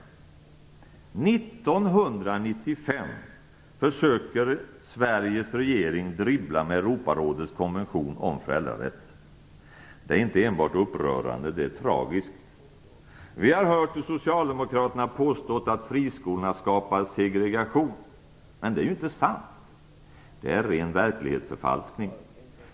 1995 försöker Sveriges regering dribbla med Europarådets konvention om föräldrarätt. Det är inte enbart upprörande utan också tragiskt. Vi har hört hur Socialdemokraterna påstått att friskolorna skapar segregation, men det är ju inte sant. Det är ren verklighetsförfalskning.